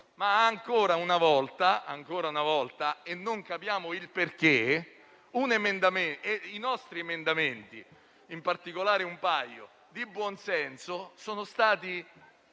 ma ancora una volta - e non capiamo il perché - i nostri emendamenti, in particolare un paio, di buonsenso sono stati,